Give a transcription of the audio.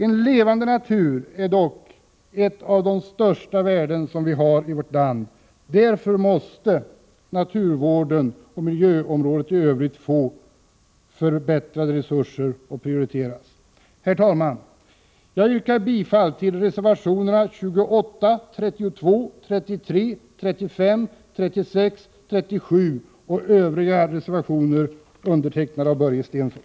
En levande natur är dock ett av de största värden som vi har i vårt land. Därför måste naturvården och miljöområdet i övrigt få förbättrade resurser och prioriteras. Herr talman! Jag yrkar bifall till reservationerna 28, 32, 33, 35, 36, 37 och Övriga reservationer undertecknade av Börje Stensson.